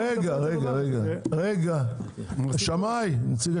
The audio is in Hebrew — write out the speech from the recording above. אני אומר שהדרך היחידה